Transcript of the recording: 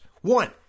One